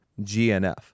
GNF